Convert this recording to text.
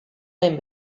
den